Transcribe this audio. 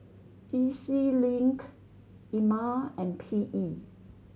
E Z Link Ema and P E